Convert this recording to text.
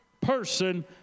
person